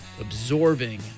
absorbing